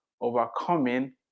overcoming